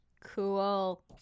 Cool